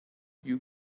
you